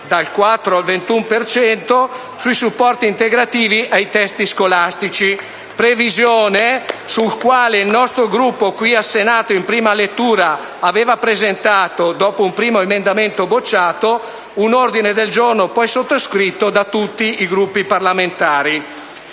(dal 4 al 21 per cento) sui supporti integrativi ai testi scolastici *(Applausi dal Gruppo LN-Aut)*, previsione sulla quale il nostro Gruppo qui al Senato in prima lettura aveva presentato, dopo un primo emendamento bocciato, un ordine del giorno poi sottoscritto da tutti i Gruppi parlamentari.